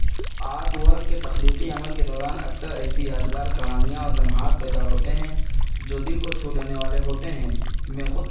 آٹ work کے تخلیقی عمل کے دوران اکثر ایسی یادگار کہانیاں اور لمحات پیدا ہوتے ہیں جو دل کو چھو لینے والے ہوتے ہیں میں خود